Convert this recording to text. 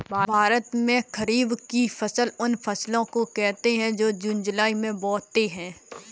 भारत में खरीफ की फसल उन फसलों को कहते है जो जून जुलाई में बोते है